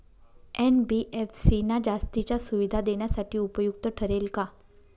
NBFC ना जास्तीच्या सुविधा देण्यासाठी उपयुक्त ठरेल का?